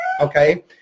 okay